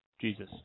Jesus